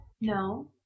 No